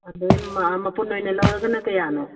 ꯑꯗꯒꯤ ꯃꯄꯨꯟ ꯑꯣꯏꯅ ꯂꯧꯔꯒꯅ ꯀꯌꯥꯅꯣ